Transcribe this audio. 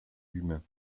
humain